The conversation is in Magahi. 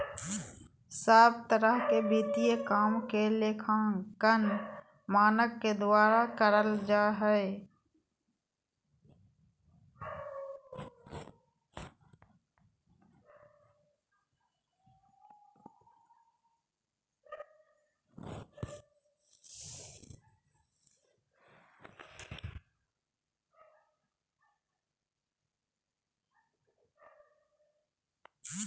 सब तरह के वित्तीय काम के लेखांकन मानक के द्वारा करल जा हय